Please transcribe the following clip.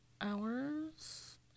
hours